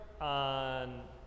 on